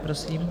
Prosím.